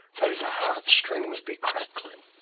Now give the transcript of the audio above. though the heart-strings be cracking,